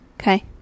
Okay